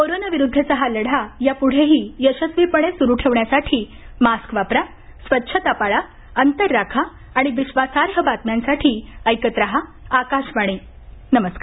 कोरोनाविरुद्धचा हा लढा यापुढेही यशस्वीपणे सुरुठेवण्यासाठी मास्क वापरा स्वच्छता पाळा अंतर राखा आणि विश्वासार्ह बातम्यांसाठी ऐकत रहा आकाशवाणी नमस्कार